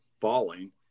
falling